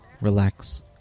relax